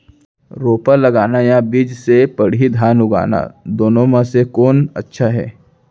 रोपा लगाना या बीज से पड़ही धान उगाना दुनो म से कोन अच्छा हे?